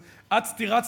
אז אצתי רצתי,